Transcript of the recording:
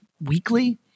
weekly